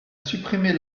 supprimer